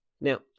Now